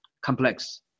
complex